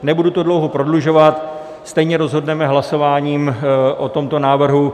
Nebudu to dlouho prodlužovat, stejně rozhodneme hlasováním o tomto návrhu.